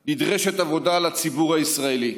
נדרשת לציבור הישראלי עבודה.